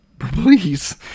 please